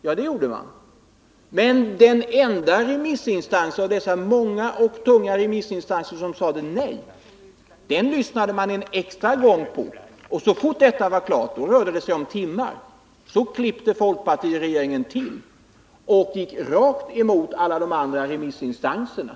Ja, det gjorde man, men till den enda remissinstans som sade nej av dessa många och tunga remissinstanser lyssnade man en extra gång. Och så fort detta var klart — då klippte folkpartiregeringen till och gick rakt emot alla de andra remissinstanserna.